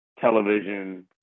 television